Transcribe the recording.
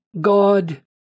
God